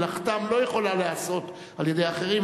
מלאכתם לא יכולה להיעשות על-ידי אחרים.